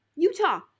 Utah